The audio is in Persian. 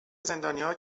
زندانیها